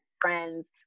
friends